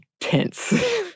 tense